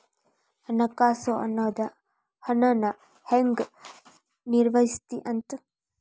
ಹಣಕಾಸು ಅನ್ನೋದ್ ಹಣನ ಹೆಂಗ ನಿರ್ವಹಿಸ್ತಿ ಅಂತ